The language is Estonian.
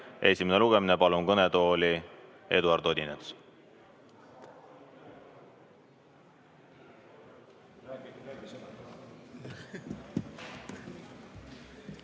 esimene lugemine. Palun kõnetooli, Eduard Odinets!